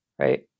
right